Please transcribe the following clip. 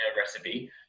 recipe